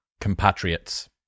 compatriots